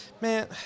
Man